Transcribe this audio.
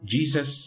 Jesus